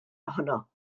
ohono